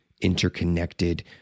interconnected